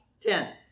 Ten